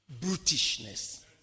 brutishness